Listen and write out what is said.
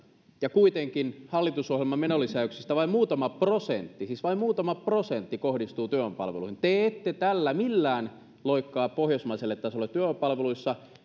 ja kuitenkin hallitusohjelman menolisäyksistä vain muutama prosentti siis vain muutama prosentti kohdistuu työvoimapalveluihin te ette tällä millään loikkaa pohjoismaiselle tasolle työvoimapalveluissa